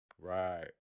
Right